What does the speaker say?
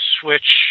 switch